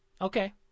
okay